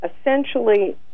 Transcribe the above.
essentially